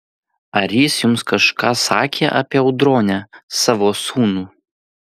ar jis jums kažką sakė apie audronę savo sūnų